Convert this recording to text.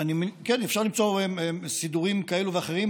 כן, אפשר ליצור סידורים כאלה ואחרים.